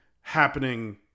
happening